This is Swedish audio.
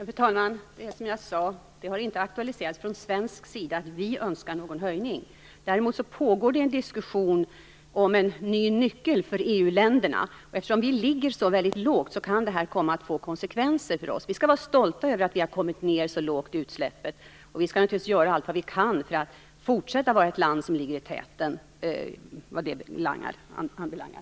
Fru talman! Det är som jag sade. Det har inte från svensk sida aktualiserats att vi önskar någon höjning. Däremot pågår det en diskussion om en ny nyckel för EU-länderna. Eftersom vi ligger så väldigt lågt, kan det komma att få konsekvenser för oss. Vi skall vara stolta över att vi har kommit ned så lågt när det gäller utsläppen, och vi skall naturligtvis göra allt vi kan för att fortsätta att vara ett land som ligger i täten vad det anbelangar.